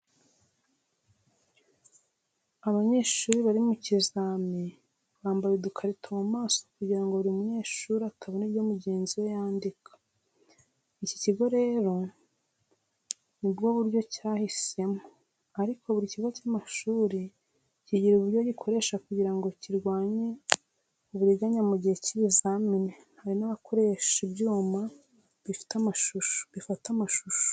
Abanyeshuri bari mu kizami bambaye udukarito mu maso kugira ngo buri munyeshuri atabona ibyo mugenzi we yandika. Iki kigo rero nibwo buryo cyahisemo, ariko buri kigo cy’amashuri kigira uburyo gikoresha kugira ngo kirwanye uburiganya mu gihe cy’ibizami hari n’abakoresha ibyuma bifata amashusho.